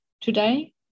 today